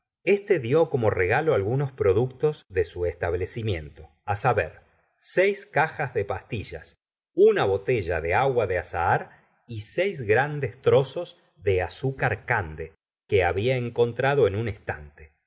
este di como regalo algunos productos de su establecimiento saber seis cajas de pastillas una botella de agua de azahar y seis grandes trozos de azúcar cande que había encontrado en un estante